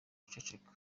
guceceka